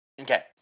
Okay